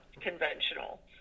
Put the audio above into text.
conventional